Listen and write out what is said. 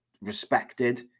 respected